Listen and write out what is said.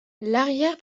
l’arrière